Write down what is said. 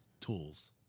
tools